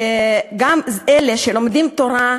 גם אלה שלומדים תורה,